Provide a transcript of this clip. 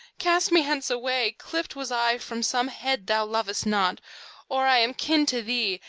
cast me hence away, clipped was i from some head thou lovest not or, i am kin to thee,